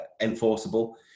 enforceable